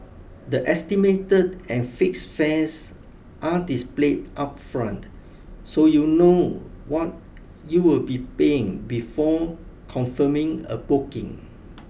the estimated and fixed fares are displayed upfront so you know what you'll be paying before confirming a booking